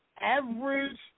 average